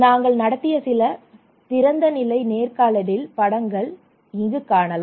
நாங்கள் நடத்திய சில திறந்தநிலை நேர்காணலின் படங்கள் சில இங்கு காணலாம்